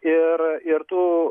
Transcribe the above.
ir ir tu